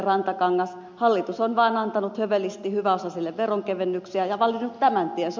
rantakangas hallitus on vaan antanut hövelisti hyväosaisille veronkevennyksiä ja valinnut tämän tien